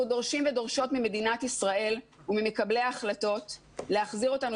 אנחנו דורשים ודורשות ממדינת ישראל וממקבלי ההחלטות להחזיר אותנו